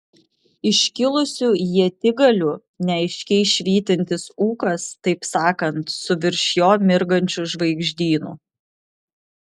iškilusių ietigalių neaiškiai švytintis ūkas taip sakant su virš jo mirgančiu žvaigždynu